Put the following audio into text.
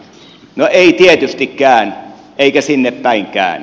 no ei tietystikään eikä sinnepäinkään